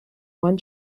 one